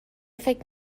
فکر